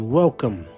welcome